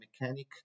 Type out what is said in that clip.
mechanic